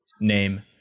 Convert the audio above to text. name